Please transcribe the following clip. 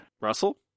Russell